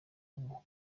w’umuhungu